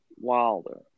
Wilder